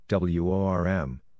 WORM